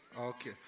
Okay